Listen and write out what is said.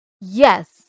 Yes